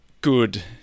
good